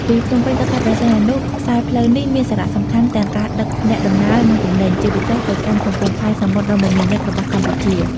ពីភ្នំពេញទៅខេត្តព្រះសីហនុ ខ្សែផ្លូវនេះមានសារៈសំខាន់ទាំងការដឹកអ្នកដំណើរ និងទំនិញ ជាពិសេសទៅកាន់កំពង់ផែសមុទ្រដ៏មមាញឹករបស់កម្ពុជា។